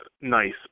nice